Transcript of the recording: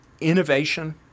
innovation